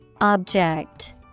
Object